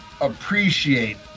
appreciate